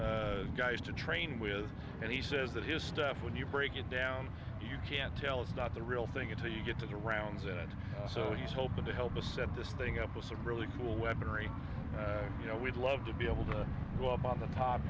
for guys to train with and he says that his stuff when you break it down you can't tell it's not the real thing until you get to the rounds and so he told them to help us set this thing up with some really cool weaponry you know we'd love to be able to go up on the top